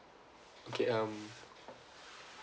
okay um